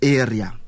area